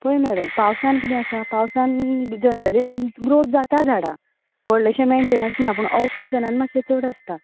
पळय मॅडम पावसान किदें आसा पावसान जनरली ग्रोथ जाता झाडां व्हडलेशें मेन्टेंन्स ना पूण ऑफ सिजनान मातशें चड आसता